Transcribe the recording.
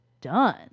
done